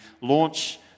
launch